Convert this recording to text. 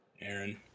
Aaron